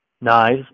Knives